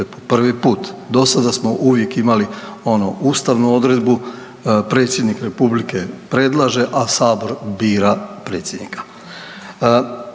prvi put. Dosada smo uvijek imali onu ustavnu odredbu, predsjednik republike predlaže, a sabor bira predsjednika.